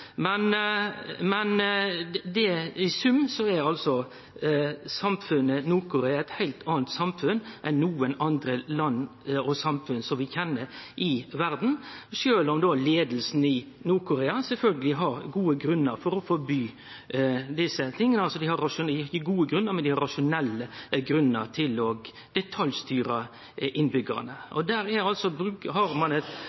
men i sum er samfunnet Nord-Korea eit heilt anna samfunn enn noko anna samfunn vi kjenner i verda, og sjølv om leiinga i Nord-Korea sjølvsagt har gode grunnar for å forby desse tinga – ikkje gode, men rasjonelle grunnar – og til å detaljstyre innbyggjarane, har dei ein tankegang om at innbyggjarane er til